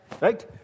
Right